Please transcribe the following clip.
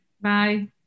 bye